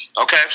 Okay